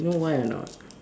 you know why or not